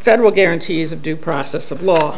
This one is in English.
federal guarantees of due process of law